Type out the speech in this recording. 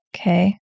Okay